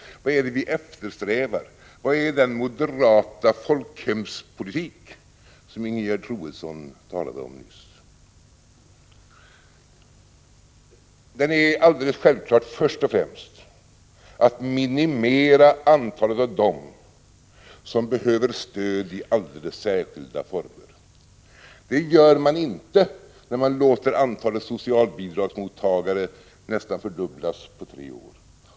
Vad är det vi eftersträvar? Vad är den moderata folkhemspolitik som Ingegerd Troedsson talade om nyss? Den är alldeles självklart först och främst att minimera antalet av dem som behöver stöd i särskilda former. Det gör man inte när man låter antalet socialbidragsmottagare nästan fördubblas på tre år.